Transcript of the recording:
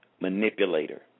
manipulator